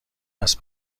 است